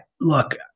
Look